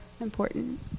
important